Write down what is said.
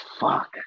fuck